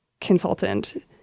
consultant